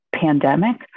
pandemic